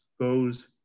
goes